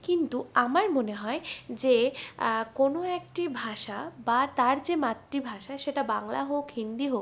কিন্তু আমার মনে হয় যে কোনো একটি ভাষা বা তার যে মাতৃভাষা সেটা বাংলা হোক হিন্দি হোক